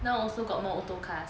now also got more auto auto cars